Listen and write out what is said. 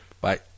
Bye